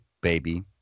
baby